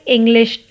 English